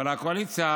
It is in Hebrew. אבל הקואליציה,